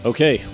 Okay